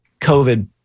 COVID